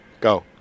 Go